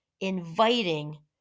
inviting